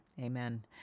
amen